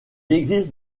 existe